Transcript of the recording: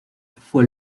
fue